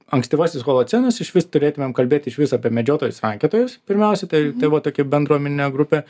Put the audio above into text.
ankstyvasis holocenas išvis turėtumėm kalbėt išvis apie medžiotojus rankiotojus pirmiausia tai tai va tokia bendruomeninė grupė